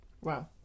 Wow